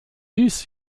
dies